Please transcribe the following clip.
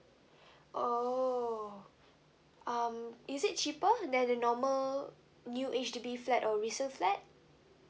oh um is it cheaper than the normal new H_D_B flat or resale flat